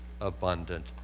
abundant